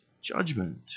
judgment